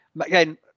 again